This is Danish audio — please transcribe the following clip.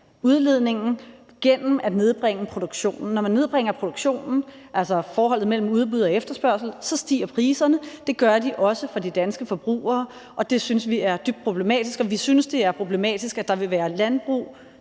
udledningen gennem at nedbringe produktionen. Når man nedbringer produktionen, altså forholdet mellem udbud og efterspørgsel, så stiger priserne, og det gør de også for de danske forbrugere, og det synes vi er dybt problematisk. Og vi synes, det er problematisk, at der vil være landbrug,